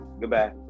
Goodbye